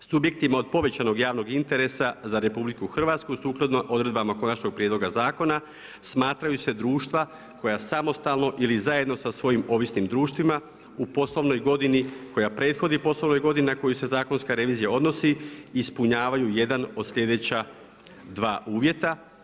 Subjektima od povećanog javnog interesa za RH sukladno odredbama konačnog prijedloga zakona smatraju se društva koja samostalno ili zajedno sa svojim ovisnim društvima u poslovnoj godini koja prethodi poslovnoj godini na koju se zakonska revizija odnosi ispunjavaju jedan od sljedeća dva uvjeta.